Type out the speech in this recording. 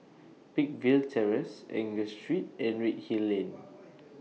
Peakville Terrace Angus Street and Redhill Lane